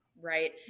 right